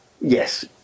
yes